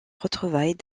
retrouvailles